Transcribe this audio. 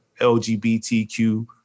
LGBTQ